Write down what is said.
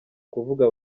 kuvuga